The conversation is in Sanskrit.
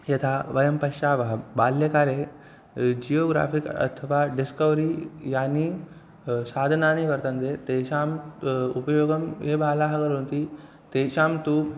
यथा वयं पश्यामः बाल्यकाले जियोग्राफ़िक् अथवा डिस्कवरि यानि साधनानि वर्तन्ते तेषाम् उपयोगं ये बालाः करोति तेषां तु